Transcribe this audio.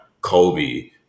Kobe